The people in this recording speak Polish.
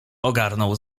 ogarnął